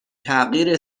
تغییر